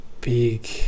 big